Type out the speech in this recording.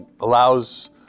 allows